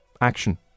action